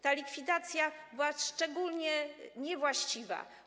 Ta likwidacja była szczególnie niewłaściwa.